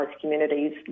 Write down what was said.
communities